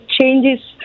changes